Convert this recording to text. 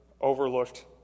overlooked